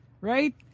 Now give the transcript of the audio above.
right